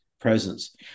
presence